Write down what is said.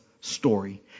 story